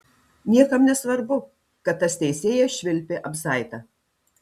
niekam nesvarbu kad tas teisėjas švilpė abzaitą